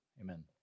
amen